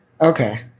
Okay